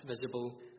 visible